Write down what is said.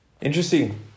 Interesting